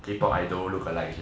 K pop idol lookalike